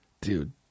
Dude